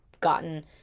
gotten